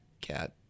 cat